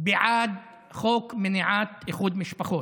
בעד חוק מניעת איחוד משפחות.